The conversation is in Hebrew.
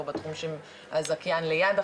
בהקשר הזה,